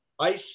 ice